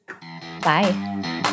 Bye